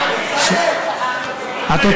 סמוטריץ, הצבעת נגד?